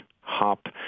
hop